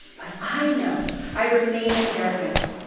but i know i remain in darkness.